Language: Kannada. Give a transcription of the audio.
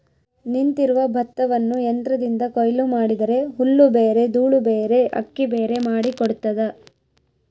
ನಿಂತಿರುವ ಭತ್ತವನ್ನು ಯಂತ್ರದಿಂದ ಕೊಯ್ಲು ಮಾಡಿದರೆ ಹುಲ್ಲುಬೇರೆ ದೂಳುಬೇರೆ ಅಕ್ಕಿಬೇರೆ ಮಾಡಿ ಕೊಡ್ತದ